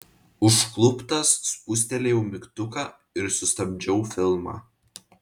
užkluptas spustelėjau mygtuką ir sustabdžiau filmą